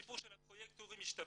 הסיפור של הפרויקטורים משתפר,